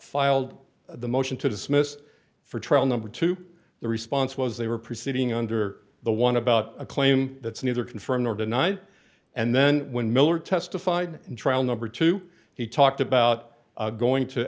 filed the motion to dismiss for trial number two the response was they were proceeding under the one about a claim that's neither confirm nor deny and then when miller testified in trial number two he talked about going to